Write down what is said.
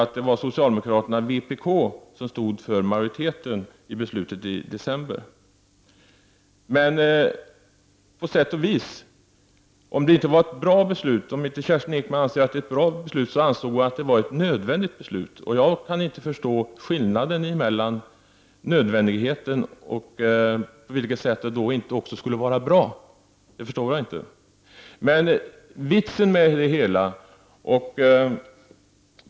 Det gjorde att socialdemokraterna och vpk kom att stå bakom det majoriteten beslutade. Kerstin Ekman sade nu att det inte var ett bra men ett nödvändigt beslut. Jag kan inte förstå skillnaden. Om beslutet var nödvändigt måste det väl också vara bra. Vi ansåg att besluten fattades i fel ordning.